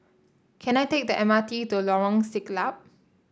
can I take the M R T to Lorong Siglap